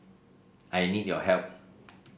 I need your help